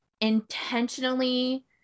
intentionally